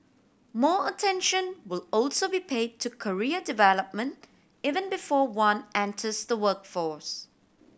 more attention will also be pay to career development even before one enters the workforce